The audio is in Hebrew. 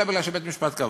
אלא מפני שבית-משפט קבע.